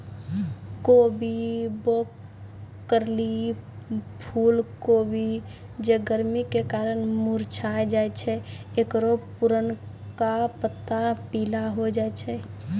कोबी, ब्रोकली, फुलकोबी जे गरमी के कारण मुरझाय जाय छै ओकरो पुरनका पत्ता पीला होय जाय छै